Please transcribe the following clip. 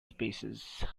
spaces